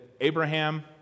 Abraham